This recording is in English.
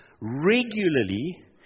regularly